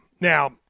Now